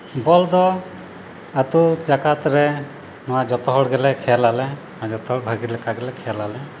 ᱵᱚᱞᱫᱚ ᱟᱹᱛᱩ ᱡᱟᱠᱟᱛᱨᱮ ᱱᱚᱣᱟ ᱡᱚᱛᱚ ᱦᱚᱲ ᱜᱮᱞᱮ ᱠᱷᱮᱹᱞ ᱟᱞᱮ ᱟᱨ ᱡᱚᱛᱚ ᱵᱷᱟᱹᱜᱮ ᱞᱮᱠᱟᱜᱮ ᱞᱮ ᱠᱷᱮᱹᱞ ᱟᱞᱮ